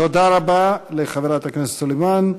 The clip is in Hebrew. תודה רבה לחברת הכנסת סלימאן.